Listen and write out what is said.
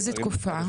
איזה תקופה?